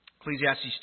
Ecclesiastes